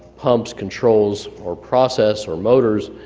pumps, controls, or process, or motors,